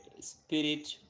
Spirit